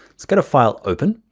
let's go to file open.